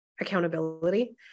accountability